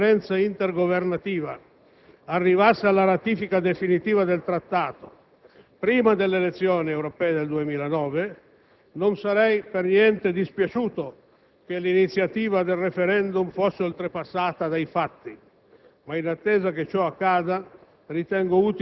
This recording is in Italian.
se davvero una rapida conferenza intergovernativa arrivasse alla ratifica definitiva del Trattato prima delle elezioni europee del 2009, non sarei per niente dispiaciuto che l'iniziativa del *referendum* fosse oltrepassata dai fatti.